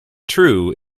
true